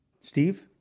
Steve